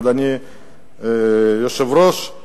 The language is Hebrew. אדוני היושב-ראש,